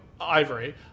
Ivory